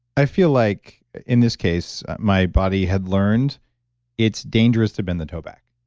i feel like, in this case, my body had learned it's dangerous to bend the toe back.